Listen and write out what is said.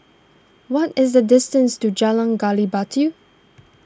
what is the distance to Jalan Gali Batu